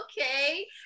okay